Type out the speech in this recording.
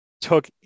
took